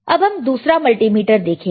अब हम दूसरा मल्टीमीटर देखेंगे